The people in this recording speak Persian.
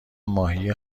ماهی